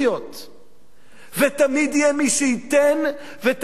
ותמיד יהיה מי שייתן ותמיד יהיה גם מי שייקח.